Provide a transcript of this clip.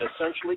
essentially